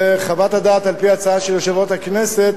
וחוות הדעת, על-פי הצעה של יושב-ראש הכנסת,